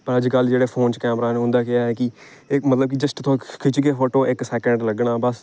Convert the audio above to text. पर अज्जकल जेह्ड़े फोन च कैमरा आए दे न उं'दा केह् ऐ कि इक मतलब कि जस्ट कि तुस खिच्चगे फोटो इक सैकंड लग्गना बस